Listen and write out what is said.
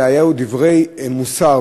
אלא היו דברי מוסר,